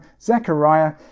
Zechariah